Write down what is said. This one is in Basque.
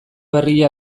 berria